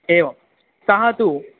एवं सः तु